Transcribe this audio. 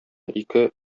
ике